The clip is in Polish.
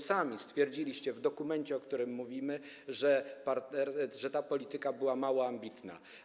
Sami stwierdziliście w dokumencie, o którym mówimy, że ta polityka była mało ambitna.